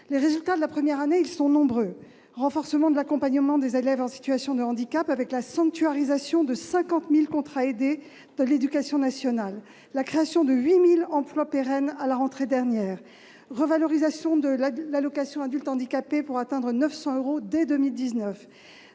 Les résultats de la première année sont nombreux : renforcement de l'accompagnement des élèves en situation de handicap, avec la sanctuarisation de 50 000 contrats aidés dans l'éducation nationale ; création de 8 000 emplois pérennes à la rentrée dernière ; revalorisation de l'allocation aux adultes handicapés, pour atteindre 900 euros dès 2019